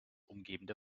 umgebende